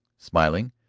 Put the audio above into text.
smiling,